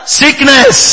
sickness